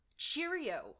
cheerio